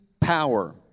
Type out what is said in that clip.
power